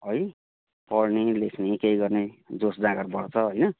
है पढ्ने लेख्ने केही गर्ने जोस जाँगर बढ्छ होइन